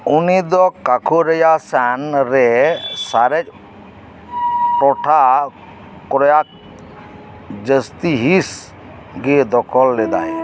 ᱩᱱᱤ ᱫᱚ ᱠᱟᱠᱷᱳᱨᱮᱭᱟᱥ ᱥᱟᱱ ᱨᱮ ᱥᱟᱨᱮᱡ ᱴᱚᱴᱷᱟ ᱠᱚᱨᱮᱭᱟᱜᱽ ᱡᱟᱥᱛᱤ ᱦᱤᱥ ᱜᱮ ᱫᱚᱠᱷᱚᱞ ᱞᱮᱫᱟᱭ